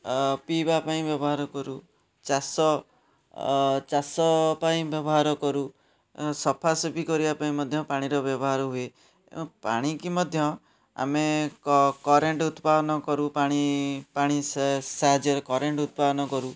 ପିଇବା ପାଇଁ ବ୍ୟବହାର କରୁ ଚାଷ ଚାଷ ପାଇଁ ବ୍ୟବହାର କରୁ ସଫା ସଫି କରିବା ପାଇଁ ମଧ୍ୟ ପାଣିର ବ୍ୟବହାର ହୁଏ ପାଣିକୁ ମଧ୍ୟ ଆମେ କରେଣ୍ଟ୍ ଉତ୍ପାଦନ କରୁ ପାଣି ସାହାଯ୍ୟରେ କରେଣ୍ଟ୍ ଉତ୍ପାଦନ କରୁ